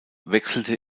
wechselte